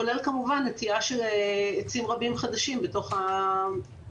כולל כמובן נטיעה של עצים רבים חדשים בתוך השצ"פים.